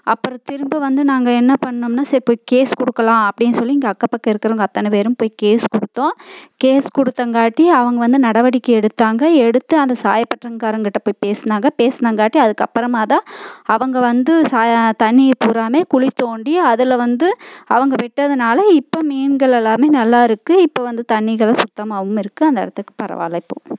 அப்புறம் திரும்ப வந்து நாங்கள் என்ன பண்ணோம்னா சரி போய் கேஸ் கொடுக்கலாம் அப்படின்னு சொல்லி இங்கே அக்கம் பக்கம் இருக்கிறவங்க அத்தனப்பேரும் போய் கேஸ் கொடுத்தோம் கேஸ் கொடுத்தங்காட்டி அவங்க வந்து நடவடிக்கை எடுத்தாங்க எடுத்து அந்த சாயப்பட்டறங்காரங்கிட்ட போய் பேசுனாங்க பேசுனங்காட்டி அதுக்கப்புறமா தான் அவங்க வந்து சாய தண்ணியை பூராவுமே குழித் தோண்டி அதில் வந்து அவங்க விட்டதுனால் இப்போ மீன்கள் எல்லாமே நல்லா இருக்குது இப்போ வந்து தண்ணிகளும் சுத்தமாகவும் இருக்குது அந்த இடத்துக்கு பரவாயில்ல இப்போது